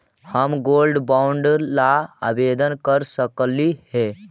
हम gold bond ला आवेदन कर सकली हे?